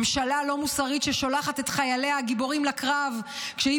ממשלה לא מוסרית ששולחת את חייליה הגיבורים לקרב כשהיא